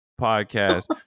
podcast